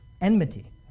enmity